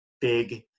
Big